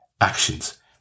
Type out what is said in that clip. Actions